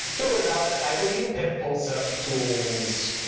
totally valid. i believe pip pulls setup tools.